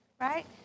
right